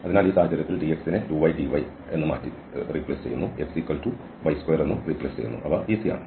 അതിനാൽ ഈ സാഹചര്യത്തിൽ ഈ dx 2ydy and xy2 മാറ്റിസ്ഥാപിക്കുന്നത് എളുപ്പമാണ്